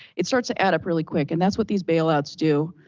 it starts to add up really quick. and that's what these bailouts do.